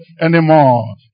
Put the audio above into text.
anymore